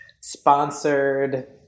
sponsored